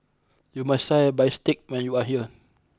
you must try Bistake when you are here